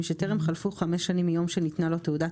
מי שטרם חלפו חמש שנים מיום שניתנה לו תעודת